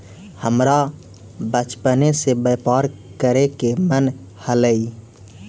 हमरा बचपने से व्यापार करे के मन हलई